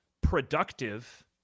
productive